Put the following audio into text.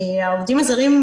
העובדים הזרים,